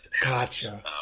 gotcha